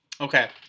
okay